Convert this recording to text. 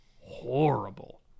horrible